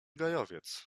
gajowiec